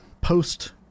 post